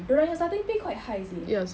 dorang nya starting pay quite high seh